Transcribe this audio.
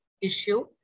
issue